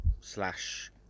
slash